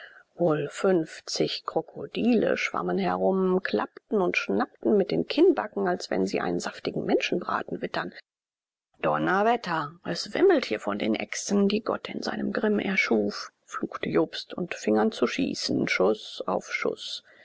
wohl fünfzig krokodile schwammen herum klappten und schnappten mit den kinnbacken als wenn sie einen saftigen menschenbraten witterten donnerwetter es wimmelt hier von den echsen die gott in seinem grimm erschuf fluchte jobst und fing an zu schießen schuß auf schuß